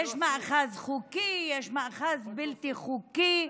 יש מאחז חוקי, יש מאחז בלתי חוקי.